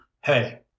Hey